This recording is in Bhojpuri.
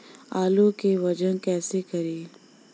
आलू के वजन कैसे करी?